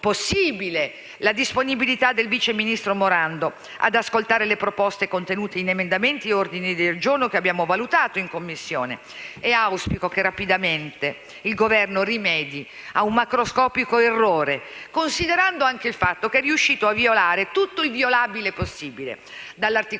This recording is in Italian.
la disponibilità del vice ministro Morando ad ascoltare le proposte contenute in emendamenti e ordini del giorno che abbiamo valutato in Commissione e auspico che rapidamente il Governo rimedi a un macroscopico errore, considerando anche il fatto che è riuscito a violare tutto il violabile possibile, dall'articolo